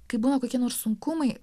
kai buvo kokie nors sunkumai